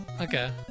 Okay